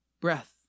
breath